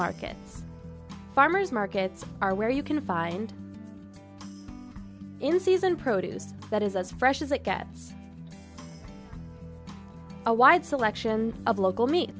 markets farmer's markets are where you can find in season produce that is as fresh as it gets a wide selection of local meat